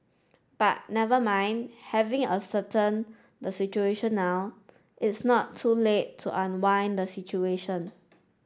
but never mind having ascertain the situation now it's not too late to unwind the situation